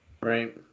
Right